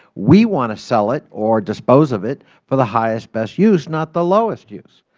we want to sell it or dispose of it for the highest best use, not the lowest use,